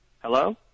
Hello